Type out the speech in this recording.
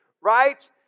right